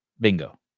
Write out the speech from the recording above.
Bingo